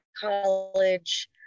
college